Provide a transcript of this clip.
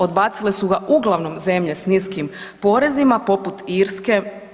Odbacile su ga uglavnom zemlje s niskim porezima, poput Irske.